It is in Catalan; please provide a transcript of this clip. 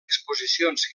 exposicions